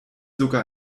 sogar